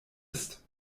ist